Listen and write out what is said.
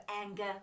anger